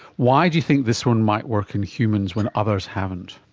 why do you think this one might work in humans when others haven't?